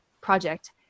project